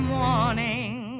morning